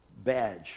badge